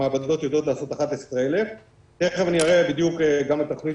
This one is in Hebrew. המעבדות יודעות לעשות 11,000. תכף אני אראה בדיוק גם את התוכנית